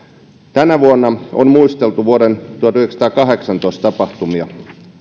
tänä vuonna on muisteltu vuoden tuhatyhdeksänsataakahdeksantoista tapahtumia